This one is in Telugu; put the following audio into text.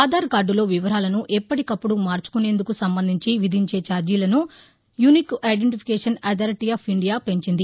ఆధార్ కార్లులో వివరాలను ఎప్పటికప్పుడు మార్చుకునేందుకు సంబంధించి విధించే చార్షీలను unique identification authority of India పెంచింది